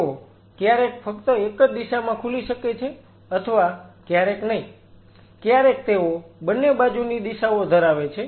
તેઓ ક્યારેક ફક્ત એક જ દિશામાં ખુલી શકે છે અથવા ક્યારેક નહિ ક્યારેક તેઓ બંને બાજુની દિશાઓ ધરાવે છે